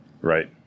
Right